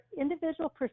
individual